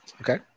okay